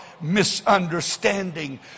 misunderstanding